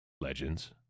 Legends